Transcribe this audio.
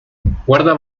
guarda